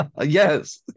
Yes